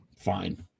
Fine